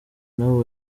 nabo